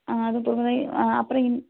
ஆ அது ஆ அப்புறம்